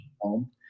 home